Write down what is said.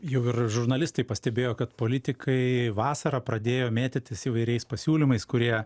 jau ir žurnalistai pastebėjo kad politikai vasarą pradėjo mėtytis įvairiais pasiūlymais kurie